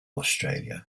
australia